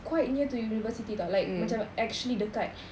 quite near to university [tau] like macam actually dekat